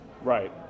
right